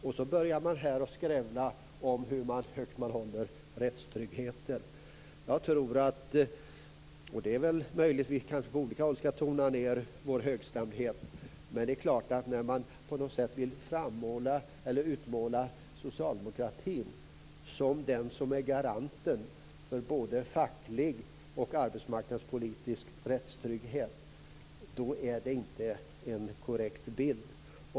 Nu börjar man skrävla om hur högt man håller rättstryggheten. Det är möjligt att vi borde tona ned vår högstämdhet, men när man vill utmåla socialdemokratin som garanten för både facklig och arbetsmarknadspolitisk rättstrygghet är det inte en korrekt bild.